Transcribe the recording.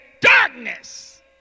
darkness